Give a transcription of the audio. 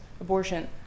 abortion